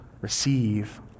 receive